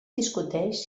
discuteix